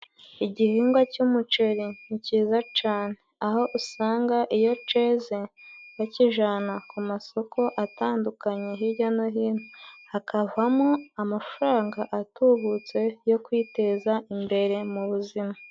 Igihingwa cy'umuceri ntikizayiza cane aho usanga iyo ceze bakivana ku masoko atandukanye, hijya no hino hakavamo amafaranga atubutse, yo kwiteza imbere mu buzima.